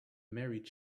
married